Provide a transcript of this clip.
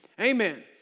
Amen